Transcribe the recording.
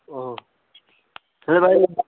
ଓହୋ ତାହାହେଲେ ଭାଇ